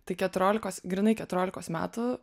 tai keturiolikos grynai keturiolikos metų